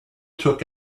took